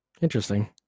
Interesting